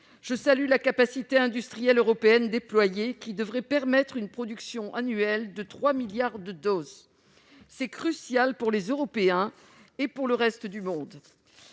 Je salue la capacité industrielle européenne déployée, qui devrait permettre une production annuelle de 3 milliards de doses. C'est crucial pour les Européens et pour le reste du monde.